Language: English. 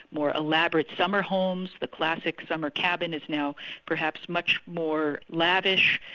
more elaborate summer homes, the classic summer cabin is now perhaps much more lavish.